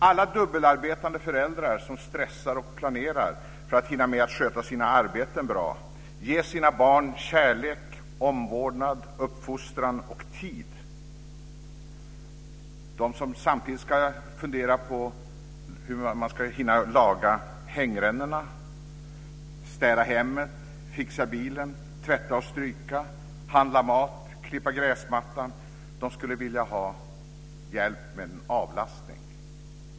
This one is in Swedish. Alla dubbelarbetande föräldrar som stressar och planerar för att hinna med att sköta sina arbeten bra och ge sina barn kärlek, omvårdnad, uppfostran och tid och samtidigt ska fundera på hur de ska hinna laga hängrännorna, städa hemmet, fixa bilen, tvätta och stryka, handla mat och klippa gräsmattan skulle vilja ha hjälp med en avlastning.